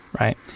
right